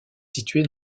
situé